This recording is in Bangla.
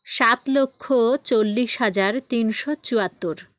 সাত লক্ষ চল্লিশ হাজার তিনশো চুয়াত্তর